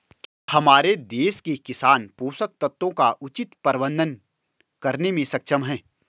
क्या हमारे देश के किसान पोषक तत्वों का उचित प्रबंधन करने में सक्षम हैं?